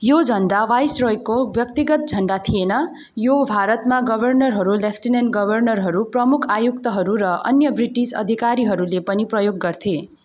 यो झन्डा वाइसरायको व्यक्तिगत झन्डा थिएन यो भारतमा गभर्नरहरू लेफ्टिनेन्ट गभर्नरहरू प्रमुख आयुक्तहरू र अन्य ब्रिटिस अधिकारीहरूले पनि प्रयोग गर्थे